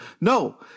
No